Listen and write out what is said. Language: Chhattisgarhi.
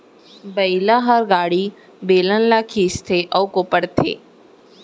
बइला हर गाड़ी, बेलन ल खींचथे अउ कोपरथे